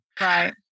Right